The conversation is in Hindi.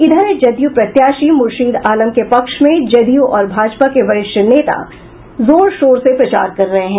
इधर जदयू प्रत्याशी मुर्शीद आलम के पक्ष में जदयू और भाजपा के वरिष्ठ नेता जोर शोर से प्रचार कर रहे हैं